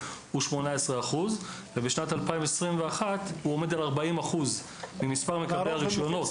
הוא 18% ובשנת 2021 הוא עומד על 40% ממספר מקבלי הרישיונות